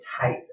type